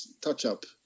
touch-up